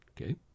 Okay